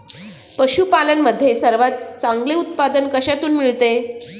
पशूपालन मध्ये सर्वात चांगले उत्पादन कशातून मिळते?